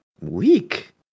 weak